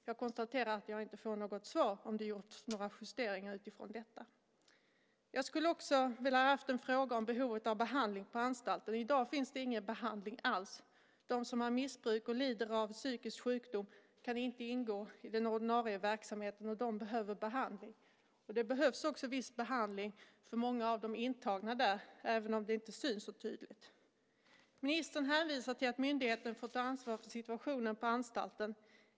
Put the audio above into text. Jag konstaterar att jag inte får något svar på om det har gjorts några justeringar utifrån detta. Jag skulle också ha velat ställa en fråga om behovet av behandling på anstalten. I dag finns det ingen behandling alls. De som är missbrukare och lider av psykisk sjukdom kan inte ingå i den ordinarie verksamheten, och de behöver behandling. Det behövs också viss behandling för många av de intagna, även om det inte syns så tydligt. Ministern hänvisar till att myndigheten får ta ansvar för situationen på anstalten.